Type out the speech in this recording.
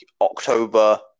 October